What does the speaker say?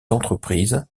entreprise